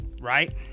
right